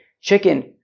chicken